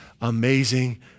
amazing